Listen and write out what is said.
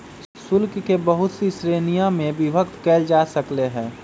शुल्क के बहुत सी श्रीणिय में विभक्त कइल जा सकले है